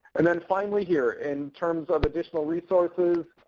and then finally here, in terms of additional resources,